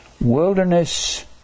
Wilderness